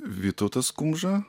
vytautas kumža